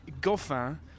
Goffin